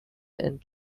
and